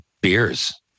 beers